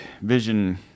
vision